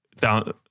down